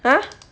ah